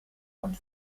und